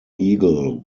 eagle